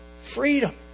freedom